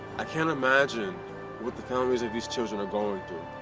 i can't imagine what the families of these children are going